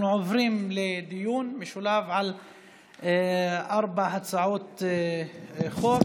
אנחנו עוברים לדיון משולב על ארבע הצעות החוק.